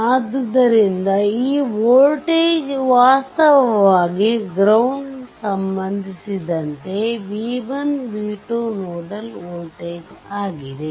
ಆದ್ದರಿಂದ ಈ ವೋಲ್ಟೇಜ್ ವಾಸ್ತವವಾಗಿ ಗ್ರೌಂಡ್ಗೆ ಸಂಬಂಧಿಸಿದಂತೆ v1 v2 ನೋಡಲ್ ವೋಲ್ಟೇಜ್ ಆಗಿದೆ